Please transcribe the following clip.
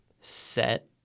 set